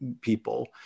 people